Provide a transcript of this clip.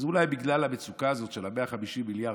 אז אולי בגלל המצוקה הזאת של ה-150 מיליארד,